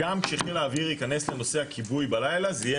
גם כשחיל האוויר ייכנס לנושא הכיבוי בלילה זה יהיה